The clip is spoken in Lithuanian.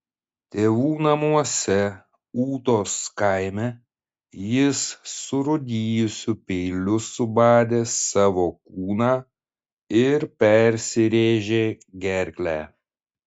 tėvų namuose ūtos kaime jis surūdijusiu peiliu subadė savo kūną ir persirėžė gerklę